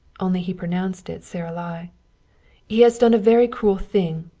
only he pronounced it saralie. he has done a very cruel thing.